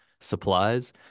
supplies